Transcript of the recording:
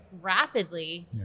rapidly